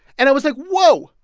and it was like, whoa.